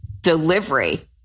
delivery